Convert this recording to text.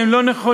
הן לא נכונות,